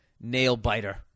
nail-biter